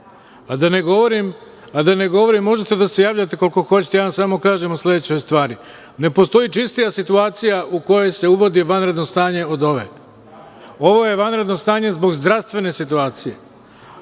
A da ne govorite, možete da se javljate koliko hoćete, ja vam samo kažem o sledećoj stvari, ne postoji čistija situacija u kojoj se uvodi vanredno stanje od ove. Ovo je vanredno stanje zbog zdravstvene situacije.